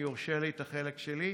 אם יורשה לי את החלק שלי?